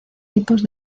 tipos